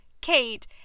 Kate